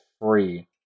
free